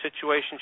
situation